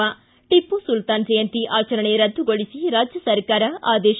ಿ ಟಿಪ್ಪು ಸುಲ್ತಾನ ಜಯಂತಿ ಆಚರಣೆ ರದ್ದುಗೊಳಿಸಿ ರಾಜ್ಯ ಸರ್ಕಾರ ಆದೇಶ